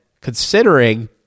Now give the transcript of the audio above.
considering